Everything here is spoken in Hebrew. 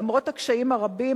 למרות הקשיים הרבים,